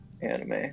anime